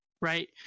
Right